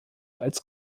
als